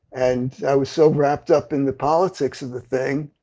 and i was so wrapped up in the politics of the thing,